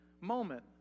moment